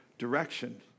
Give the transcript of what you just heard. direction